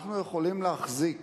אנחנו יכולים להחזיק